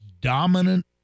dominant